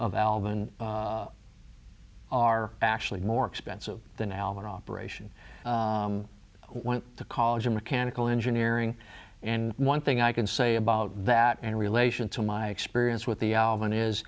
albon are actually more expensive than alvin operation went to college in mechanical engineering and one thing i can say about that in relation to my experience with the alvin is